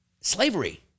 slavery